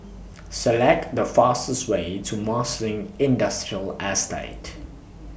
Select The fastest Way to Marsiling Industrial Estate